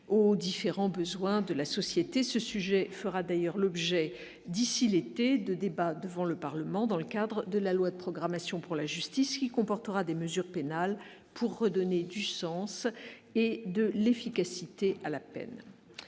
aux différents besoins de la société, ce sujet fera d'ailleurs l'objet d'ici l'été, de débat devant le Parlement dans le cadre de la loi de programmation pour la justice, qui comportera des mesures pénales pour redonner du sens et de l'efficacité à la peine,